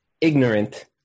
ignorant